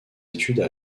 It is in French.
études